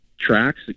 Tracks